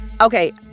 Okay